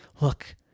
look